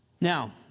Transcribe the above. Now